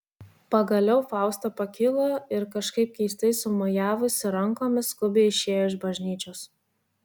pagaliau fausta pakilo ir kažkaip keistai sumojavusi rankomis skubiai išėjo iš bažnyčios